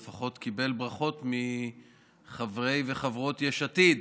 ולפחות קיבל ברכות מחברי וחברות יש עתיד,